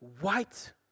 white